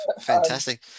fantastic